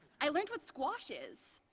i learned what squash is,